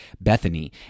Bethany